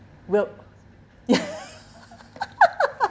well